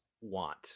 want